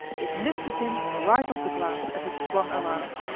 it lifted him right off the ground as it swung around,